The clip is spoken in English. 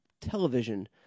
television